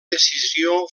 decisió